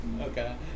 Okay